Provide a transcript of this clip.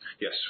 Yes